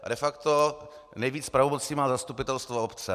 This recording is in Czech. A de facto nejvíc pravomocí má zastupitelstvo obce.